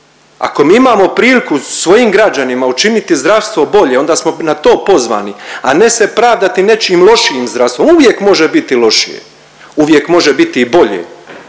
Ako mi imamo priliku svojim građanima učiniti zdravstvo bolje, onda smo na to pozvani, a ne se pravdati nečijim lošijim zdravstvom. Uvijek može biti lošije, uvijek može biti i bolje.